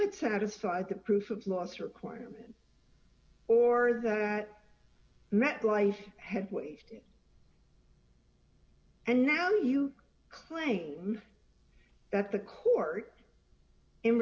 would satisfy the proof of loss requirement or the met life had waived and now you claim that the court